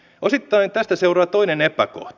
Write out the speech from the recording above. osittain tästä seuraa toinen epäkohta